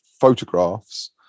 photographs